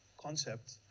concept